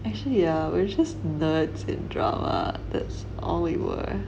actually ah we are just nerds with drama that's all we were